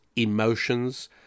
emotions